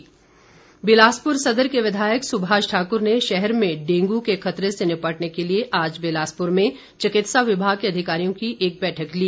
बैठक बिलासपुर सदर के विधायक सुभाष ठाकुर ने शहर में डेंगू के खतरे से निपटने के लिए आज बिलासपुर में चिकित्सा विभाग के अधिकारियों की एक बैठक ली